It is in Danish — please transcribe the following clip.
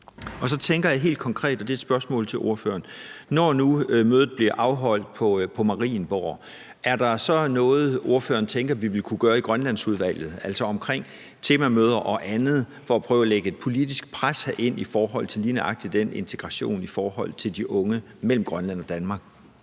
Så tænker jeg helt konkret, og det er et spørgsmål til ordføreren: Når nu mødet bliver afholdt på Marienborg, er der så noget, ordføreren tænker vi vil kunne gøre i Grønlandsudvalget, altså omkring temamøder og andet, for at prøve at lægge et politisk pres herind i forhold til lige nøjagtig den integration af de unge i Grønland og Danmark?